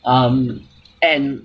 um and